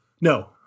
No